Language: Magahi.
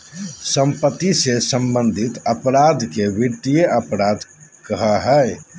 सम्पत्ति से सम्बन्धित अपराध के वित्तीय अपराध कहइ हइ